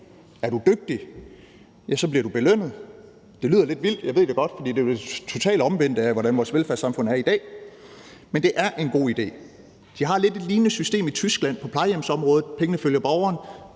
Er du dygtig, bliver du belønnet. Det lyder lidt vildt – jeg ved det godt – for det er det totalt omvendte af, hvordan vores velfærdssamfund er i dag, men det er en god idé. I Tyskland har de lidt et lignende system på plejehjemsområdet. Pengene følger borgeren;